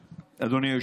אדוני, עד עשר דקות.